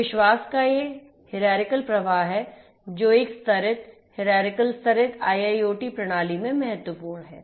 तो यह विश्वास का हीरार्चिकल प्रवाह है जो एक स्तरित हीरार्चिकल स्तरित IIoT प्रणाली में महत्वपूर्ण है